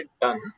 done